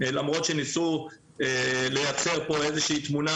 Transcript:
למרות שניסו לייצר פה איזה שהיא תמונה